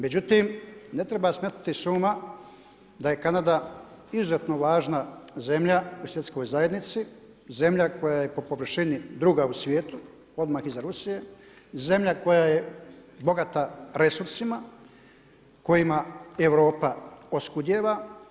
Međutim, ne treba smetnuti sa uma da je Kanada izuzetno važna zemlja u svjetskoj zajednici, zemlja koja je po površini druga u svijetu odmah iza Rusije, zemlja koja je bogata resursima kojima Europa oskudijeva.